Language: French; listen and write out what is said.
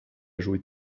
joué